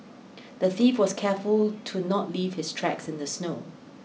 the thief was careful to not leave his tracks in the snow